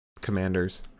Commanders